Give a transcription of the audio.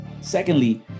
secondly